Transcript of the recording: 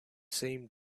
same